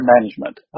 management